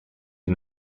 die